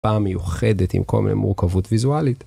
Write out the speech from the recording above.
פעם מיוחדת עם קל מיני מורכבות ויזואלית.